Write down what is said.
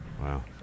Wow